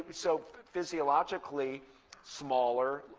so physiologically smaller,